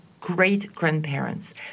great-grandparents